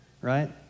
right